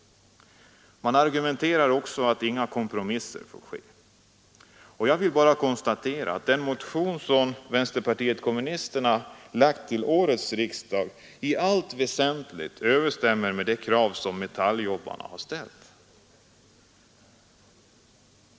Man kräver vidare att inga kompromisser får ske. Jag vill bara konstatera att den motion som vänsterpartiet kommunisterna i denna fråga väckt vid årets riksdag i allt väsentligt överensstämmer med de krav som metalljobbarna ställt.